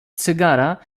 cygara